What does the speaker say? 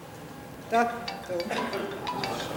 היחס, אפשר?